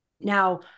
now